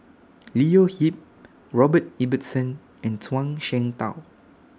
Leo Yip Robert Ibbetson and Zhuang Shengtao